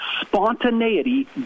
spontaneity